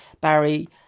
Barry